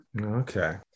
Okay